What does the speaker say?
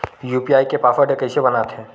UPI के password कइसे बनाथे?